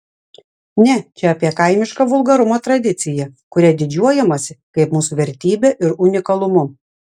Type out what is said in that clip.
ne čia apie kaimišką vulgarumo tradiciją kuria didžiuojamasi kaip mūsų vertybe ir unikalumu